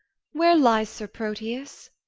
where lies sir proteus?